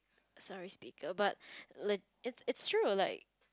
sorry speaker but let it's it's true like